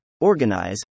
organize